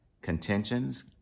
contentions